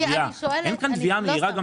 אין כאן תביעה מהירה גם שלו.